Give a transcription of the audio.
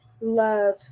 love